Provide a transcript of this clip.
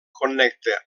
connecta